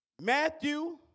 Matthew